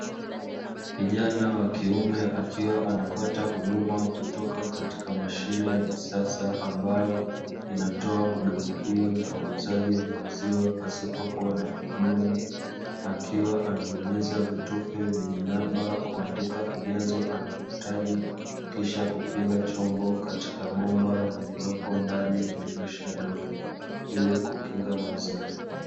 Kijana wa kiume akiwa anapata huduma kutoka katika mashine ya kisasa ambayo, inatoa huduma hio ya uuzaji wa maziwa pasipokuwa na mhudumu. Akiwa nabonyeza vitufe vyenye namba kuandika ujazo anaohitaji, kisha kukinga chombo katika bomba lililopo ndani ya dirisha dogo ili kukinga maziwa.